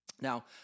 Now